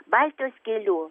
baltijos keliu